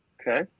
Okay